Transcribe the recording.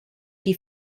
die